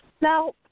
Now